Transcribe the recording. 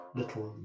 little